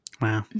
wow